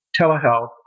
telehealth